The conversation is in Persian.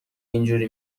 اینجوری